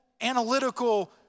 analytical